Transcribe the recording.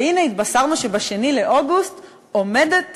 והנה התבשרנו שב-2 באוגוסט עומדות